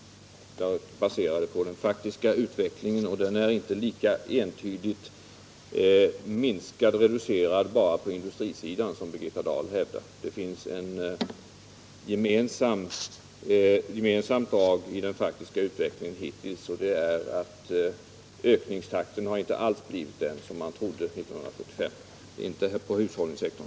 — utan jag baserar dem på den faktiska utvecklingen. Den är inte entydigt begränsad till industrisidan, vilket Birgitta Dahl hävdar, utan det finns ett gemensamt drag i den faktiska utveck lingen hittills, och det är att ökningstakten inte alls har blivit den som man trodde 1975 — inkl. på hushållssektorn.